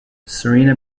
serena